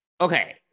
Okay